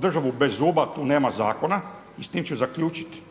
državu bez zuba tu nema zakona i s tim ću zaključiti.